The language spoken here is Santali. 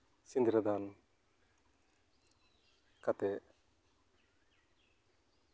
ᱥᱤᱸᱫᱽᱨᱟᱹ ᱫᱟᱱ ᱠᱟᱛᱮᱫ